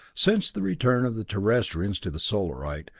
since the return of the terrestrians to the solarite,